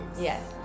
Yes